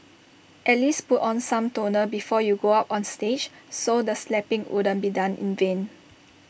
at least put on some toner before you go up on stage so the slapping wouldn't be done in vain